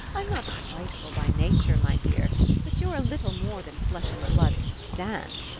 i'm not spiteful by nature, my dear but you're a little more than flesh and blood can stand!